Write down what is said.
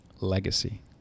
legacy